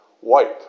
white